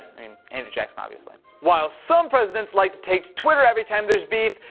i mean, andrew jackson, obviously. while some presidents like to take to twitter every time there's beef,